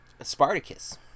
Spartacus